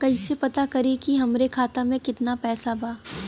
कइसे पता करि कि हमरे खाता मे कितना पैसा बा?